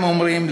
הם אומרים,